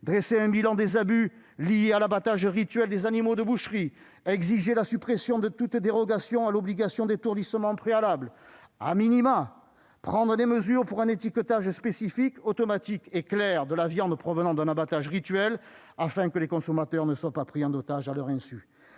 dresser un bilan des abus liés à l'abattage rituel des animaux de boucherie ; exiger la suppression de toute dérogation à l'obligation d'étourdissement préalable ; prendre des mesures pour un étiquetage spécifique, automatique et clair de la viande provenant d'un abattage rituel, de sorte que les consommateurs ne soient pas pris en otage à leur insu